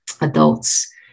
adults